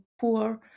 poor